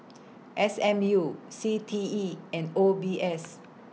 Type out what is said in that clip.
S M U C T E and O B S